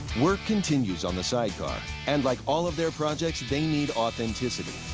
work continues on the sidecar. and like all of their projects, they need authenticity.